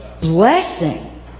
blessing